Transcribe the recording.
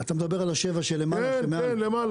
אתה מדבר על השבע שלמעלה שמעל?